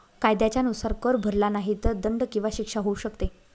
कायद्याच्या नुसार, कर भरला नाही तर दंड किंवा शिक्षा होऊ शकते